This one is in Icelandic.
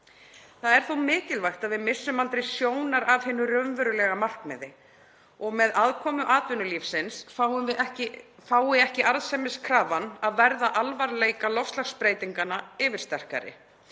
Það er þó mikilvægt að við missum aldrei sjónar á hinu raunverulega markmiði og með aðkomu atvinnulífsins fái ekki arðsemiskrafan að verða alvarleika loftslagsbreytinganna yfirsterkari.